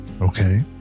Okay